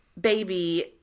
baby